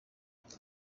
ati